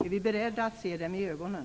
Är vi beredda att se dem i ögonen?